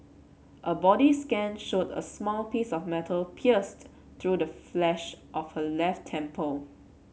a body scan showed a small piece of metal pierced through the flesh of her left temple